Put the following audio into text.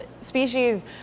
species